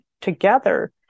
together